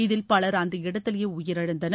இதில் பவர் அந்த இடத்திலேயே உயிரிழந்தனர்